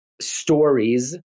stories